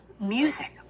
music